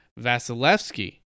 Vasilevsky